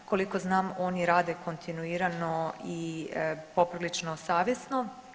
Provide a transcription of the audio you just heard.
Koliko znam oni rade kontinuirano i poprilično savjesno.